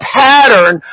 pattern